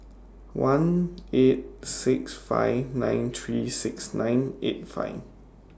one eight six five nine three six nine eight five